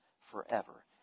forever